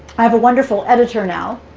i have a wonderful editor now,